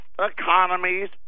economies